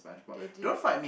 they did